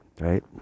right